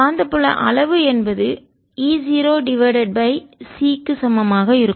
காந்தப்புல அளவு என்பது E0 டிவைடட் பை c க்கு சமமாக இருக்கும்